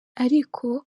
ariko